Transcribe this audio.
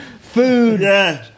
food